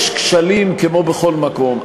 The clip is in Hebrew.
יש כשלים כמו בכל מקום.